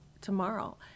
tomorrow